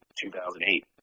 2008